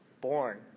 born